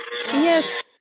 Yes